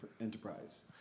enterprise